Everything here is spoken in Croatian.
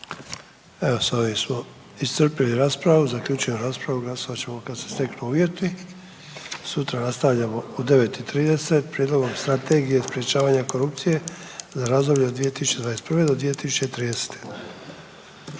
S ovim smo iscrpili raspravu, zaključujem raspravu, glasovat ćemo kad se steknu uvjeti. Sutra nastavljamo u 9,30 Prijedlogom strategije sprečavanja korupcije za razdoblje od 2021.-2030.